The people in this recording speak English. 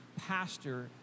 pastor